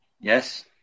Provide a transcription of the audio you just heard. Yes